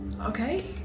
Okay